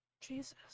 Jesus